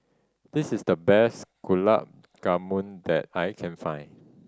this is the best Gulab Jamun that I can find